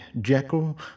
Jekyll